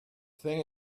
thing